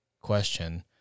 question